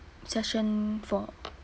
session four